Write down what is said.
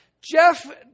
Jeff